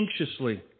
anxiously